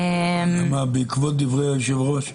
בעקבות דברי היושב-ראש,